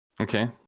Okay